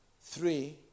three